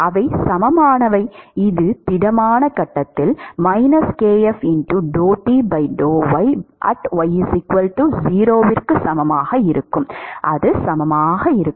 அவை சமமானவை இது திடமான கட்டத்தில் க்கு சமமாக இருக்கும் அது சமமாக இருக்கும்